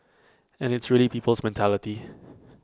and it's really people's mentality